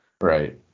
Right